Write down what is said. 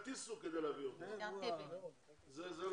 ארגון גג לעולי צרפת, אנחנו עמותה שמאגדת.